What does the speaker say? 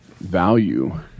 value